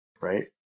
right